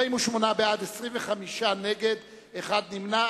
48 בעד, 25 נגד, אחד נמנע.